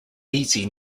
easy